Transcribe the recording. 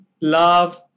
love